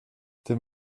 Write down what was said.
tym